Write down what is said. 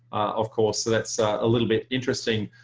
of course that's a little bit interesting.